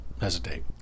hesitate